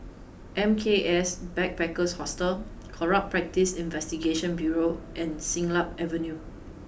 M K S Backpackers Hostel Corrupt Practices Investigation Bureau and Siglap Avenue